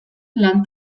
lan